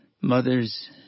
mother's